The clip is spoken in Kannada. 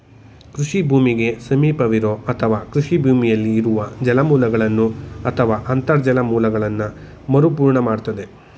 ಕೃಷಿ ಭೂಮಿಗೆ ಸಮೀಪವಿರೋ ಅಥವಾ ಕೃಷಿ ಭೂಮಿಯಲ್ಲಿ ಇರುವ ಜಲಮೂಲಗಳನ್ನು ಅಥವಾ ಅಂತರ್ಜಲ ಮೂಲಗಳನ್ನ ಮರುಪೂರ್ಣ ಮಾಡ್ತದೆ